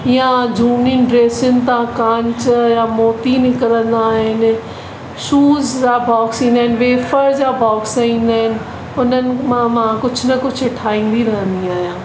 या झूनी ड्रेसिनि तां कांच या मोती निकरंदा आहिनि शूस जा बॉक्स ईंदा आहिनि ऐं वेफ़र जा बॉक्स ईंदा आअहिनि उननि मां मां कुझु न कुझु ठाहींदी रहंदी आहियां